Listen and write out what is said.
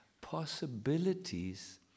possibilities